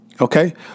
Okay